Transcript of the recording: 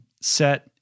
set